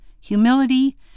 humility